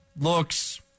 looks